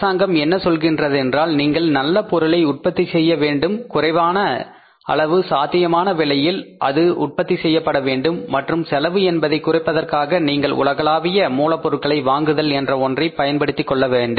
அரசாங்கம் என்ன சொல்கின்றதென்றால் நீங்கள் நல்ல பொருளை உற்பத்தி செய்ய வேண்டும் குறைந்த அளவு சாத்தியமான விலையில் அது உற்பத்தி செய்யப்பட வேண்டும் மற்றும் செலவு என்பதை குறைப்பதற்காக நீங்கள் உலகளாவிய மூலப் பொருட்களை வாங்குதல் என்ற ஒன்றை பயன்படுத்திக் கொள்ளலாம்